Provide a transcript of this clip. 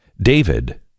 David